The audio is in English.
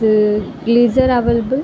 geyser available